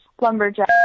Lumberjack